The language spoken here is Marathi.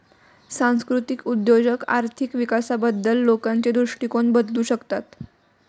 सांस्कृतिक उद्योजक आर्थिक विकासाबद्दल लोकांचे दृष्टिकोन बदलू शकतात